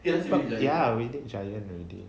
ya we did giant already